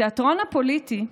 בתיאטרון הפוליטי,